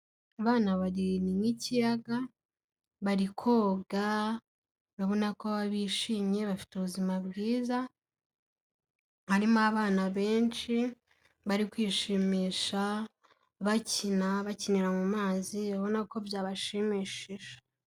Abana bari mu kiyaga, bari koga, urabona ko bishimye, bafite ubuzima bwiza, harimo abana benshi bari kwishimisha, bakina bakinira mu mazi, ubabona ko byabashimishije.